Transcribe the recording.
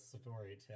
story